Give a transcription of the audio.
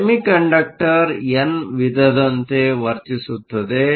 semiconductor N ವಿಧದಂತೆ ವರ್ತಿಸುತ್ತದೆ